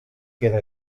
queda